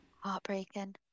Heartbreaking